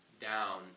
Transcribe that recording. down